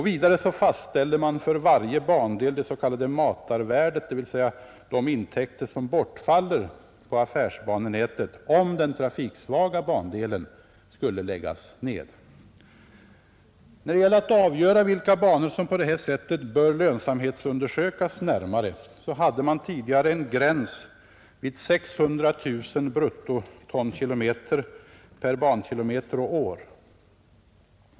Vidare fastställer man för varje bandel det s.k. matarvärdet, dvs. de intäkter som bortfaller på affärsbanenätet, om den trafiksvaga bandelen skulle läggas ned. När det gäller att avgöra vilka banor som på det här sättet bör lönsamhetsundersökas närmare hade man tidigare en gräns vid 600 000 bruttotonkilometer per bankilometer och år.